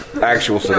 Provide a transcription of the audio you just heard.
Actual